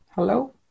hello